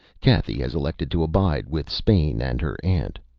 cathy has elected to abide with spain and her aunt.